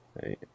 hey